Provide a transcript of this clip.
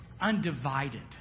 undivided